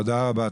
תודה רבה,